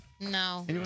No